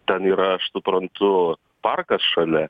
ten yra aš suprantu parkas šalia